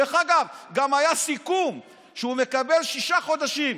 דרך אגב, גם היה סיכום שהוא מקבל שישה חודשים.